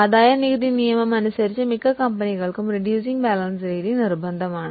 ആദായനികുതി നിയമം അനുസരിച്ച് മിക്ക കമ്പനികളും ബാലൻസ് കുറയ്ക്കുന്നത് നിർബന്ധമാണ്